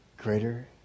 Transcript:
Greater